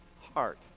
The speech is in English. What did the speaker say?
heart